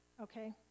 okay